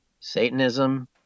Satanism